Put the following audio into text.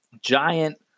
giant